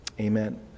Amen